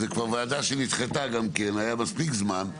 זו גם ועדה שנדחתה מספיק זמן,